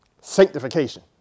sanctification